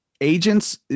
Agents